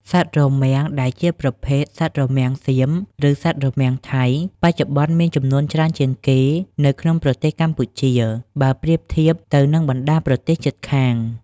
សត្វរមាំងដែលជាប្រភេទ សត្វរមាំងសៀម ឬសត្វរមាំងថៃ បច្ចុប្បន្នមានចំនួនច្រើនជាងគេនៅក្នុងប្រទេសកម្ពុជា បើប្រៀបធៀបទៅនឹងបណ្តាប្រទេសជិតខាង។